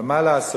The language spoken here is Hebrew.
אבל מה לעשות